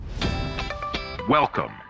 Welcome